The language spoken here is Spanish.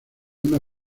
una